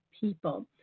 people